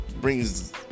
brings